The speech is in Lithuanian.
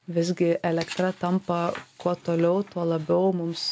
visgi elektra tampa kuo toliau tuo labiau mums